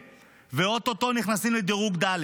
ואו-טו-טו נכנסים לדירוג ד'.